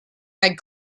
had